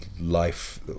life